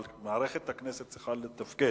אבל מערכת הכנסת צריכה לתפקד.